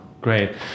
Great